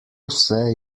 vse